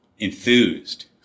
enthused